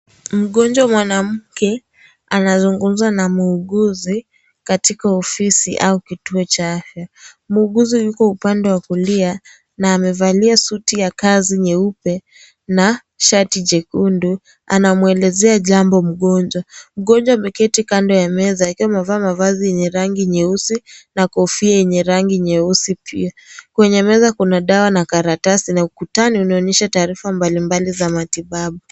Mgonjwa mwanamke, anazungumza na muuguzi, katika ofisi au kituo cha afya, muuguzi yuko upande wa kulia, na amevalia suti ya kazi nyeupe na shati jekundu anamwelezea jambo mgonjwa, mgonjwa ameketi kando ya meza akiwa amevaa mavazi yenye rangi nyeusi na kofia yenye rangi nyeusi pia, kwenye meza kuna dawa na karatasi na ukutani unaonyesha taarifa mbali mbali za matibabu.